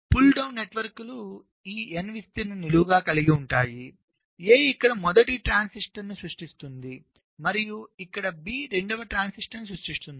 pull down నెట్వర్క్లు ఈ n విస్తరణను నిలువుగా కలిగి ఉన్నాయి A ఇక్కడ మొదటి ట్రాన్సిస్టర్ను సృష్టిస్తుంది మరియు ఇక్కడ B రెండవ ట్రాన్సిస్టర్ను సృష్టిస్తుంది